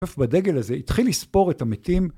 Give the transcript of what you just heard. עכשיו בדגל הזה התחיל לספור את המתים.